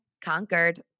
conquered